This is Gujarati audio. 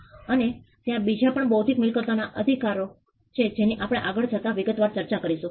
અને ત્યાં બીજા પણ બૌદ્ધિક મિલકતોના અધિકારો છે જેની આપણે આગળ જતા વિગતવાર ચર્ચા કરીશું